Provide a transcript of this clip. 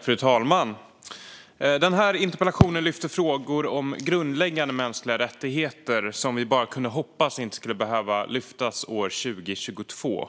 Fru talman! Den här interpellationen lyfter frågor om grundläggande mänskliga rättigheter som vi bara kunde hoppas inte skulle behöva lyftas år 2022.